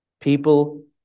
people